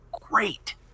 great